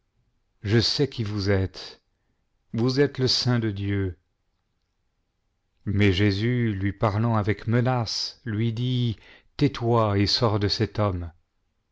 je sais qui vous êtes uous êtes le saint de dieu mais jésus lui parlant avec menaces lui dit tais-toi et sors de cet homme